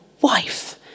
wife